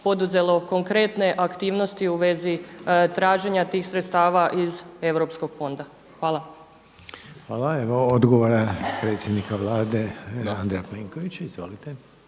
poduzelo konkretne aktivnosti u vezi traženja tih sredstava iz europskog fonda? Hvala. **Reiner, Željko (HDZ)** Hvala. Evo odgovora predsjednika Vlade Andreja Plenkovića. Izvolite.